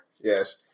Yes